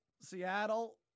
Seattle